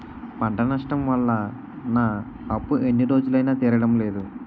పంట నష్టం వల్ల నా అప్పు ఎన్ని రోజులైనా తీరడం లేదు